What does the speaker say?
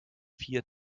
vier